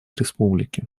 республики